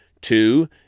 Two